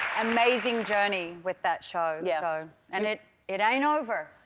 amazing journey with that show. yeah so and it it ain't over.